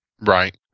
Right